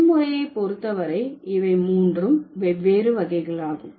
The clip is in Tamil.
எண் முறையை பொறுத்தவரை இவை மூன்றும் வெவ்வேறு வகைகளாகும்